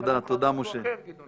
תודה, משה.